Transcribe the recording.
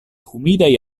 humidaj